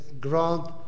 grant